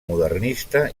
modernista